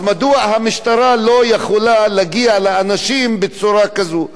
אז מדוע המשטרה לא יכולה להגיע לאנשים בצורה כזו?